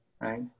right